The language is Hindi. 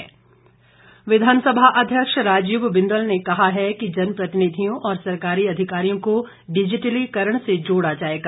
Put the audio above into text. राजीव बिंदल विधानसभा अध्यक्ष राजीव बिंदल ने कहा है कि जनप्रतिनिधियों और सरकारी अधिकारियों को डिजिटलीकरण से जोड़ा जाएगा